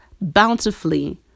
bountifully